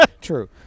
True